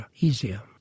easier